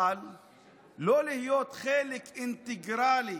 אבל לא להיות חלק אינטגרלי